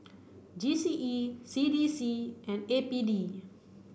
G C E C D C and A P D